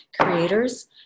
creators